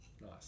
Nice